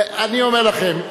אני אומר לכם,